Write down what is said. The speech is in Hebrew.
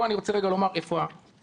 פה אני רוצה רגע לומר איפה הסיכון.